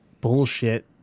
bullshit